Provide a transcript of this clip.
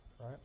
right